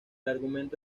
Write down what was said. argumento